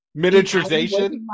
miniaturization